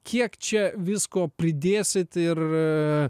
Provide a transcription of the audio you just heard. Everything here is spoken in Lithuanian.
kiek čia visko pridėsit ir